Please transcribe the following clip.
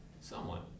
Somewhat